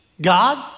God